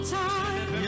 time